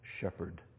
shepherd